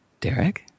Derek